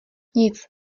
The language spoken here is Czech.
nic